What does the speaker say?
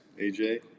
AJ